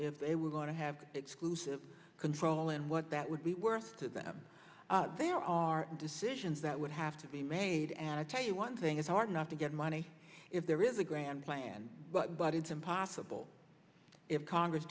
if they were going to have exclusive control and what that would be worth to them there are decisions that would have to be made and i tell you one thing it's hard enough to get money if there there's a grand plan but it's impossible if congress